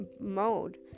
mode